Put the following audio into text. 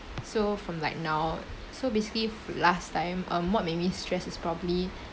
so from like now so basically last time um what make me stressed is probably